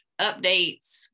updates